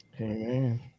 Amen